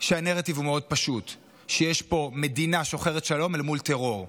שהנרטיב הוא מאוד פשוט: יש פה מדינה שוחרת שלום אל מול טרור.